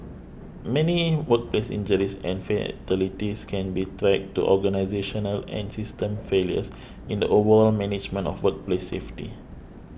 many workplace injuries and fatalities can be traced to organisational and system failures in the overall management of workplace safety